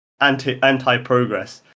anti-progress